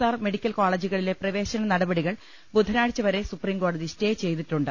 R medical കോള ജുകളിലെ പ്രവേശന നടപടികൾ ബുധനാഴ്ചവരെ സുപ്രീം കോടതി സ്റ്റേ ചെയ്തിട്ടുണ്ട്